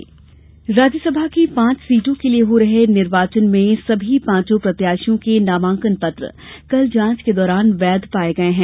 राज्यसमा राज्यसभा की पांच सीटों के लिए हो रहे निर्वाचन में सभी पांचों प्रत्याशियों के नामांकन पत्र कल जांच के दौरान वैध पाये गये हैं